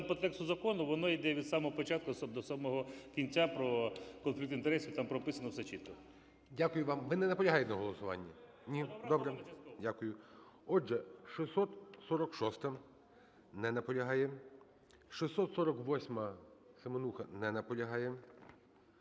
по тексту закону воно йде від самого початку до самого кінця про конфлікт інтересів, там прописано все чітко. ГОЛОВУЮЧИЙ. Дякую вам. Ви не наполягаєте на голосуванні? Ні. Добре. Дякую. Отже, 646-а. Не наполягає. 648-а,